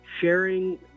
sharing